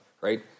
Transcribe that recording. right